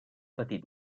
petit